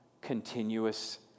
continuous